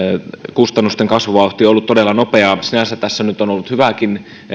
kustannusten kasvuvauhti on ollut todella nopeaa sinänsä tässä on ollut nyt hyvääkin